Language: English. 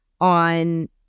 on